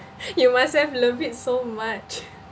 you must have love it so much